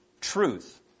Truth